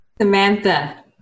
Samantha